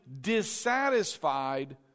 dissatisfied